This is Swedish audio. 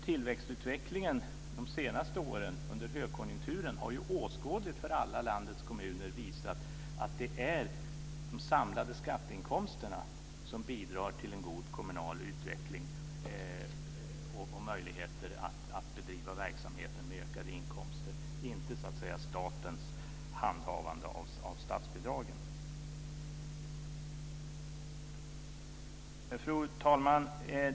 Tillväxtutvecklingen de senaste åren under högkonjunkturen har ju åskådligt visat för landets alla kommuner att det är de samlade skatteinkomsterna som bidrar till en god kommunal utveckling och ger möjligheter att bedriva verksamheten med ökade inkomster, inte statens handhavande av statsbidragen. Fru talman!